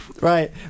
Right